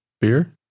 Beer